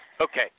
Okay